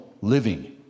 living